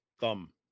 thumb